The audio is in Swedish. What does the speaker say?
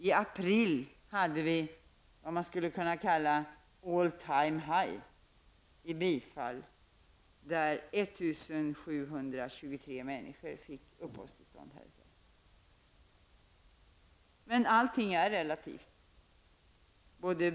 I april hade vi vad man skulle kunna kalla all time high i fråga om bifall, då 1 723 människor fick uppehållstillstånd i Sverige. Men allting är relativt.